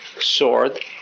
sword